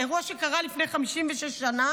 אירוע שקרה לפני 56 שנה,